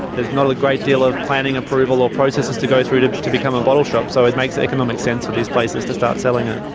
there's not a great deal of planning approval or processes to go through to to become a bottle shop, so it makes economic sense for these places to start selling it.